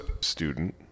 student